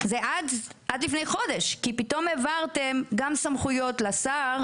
זה עד לפני חודש כי פתאום העברתם סמכויות לשר,